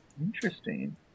Interesting